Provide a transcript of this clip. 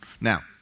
Now